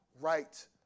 right